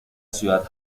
ciudad